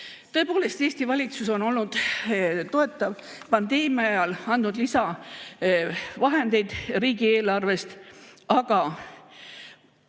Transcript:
Tõepoolest, Eesti valitsus on olnud toetav, pandeemia ajal andnud lisavahendeid riigieelarvest, aga